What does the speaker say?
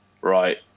right